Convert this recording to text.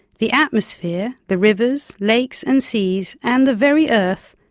the atmosphere, the rivers, lakes and seas and the very earth,